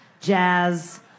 Jazz